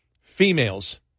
Females